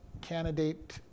candidate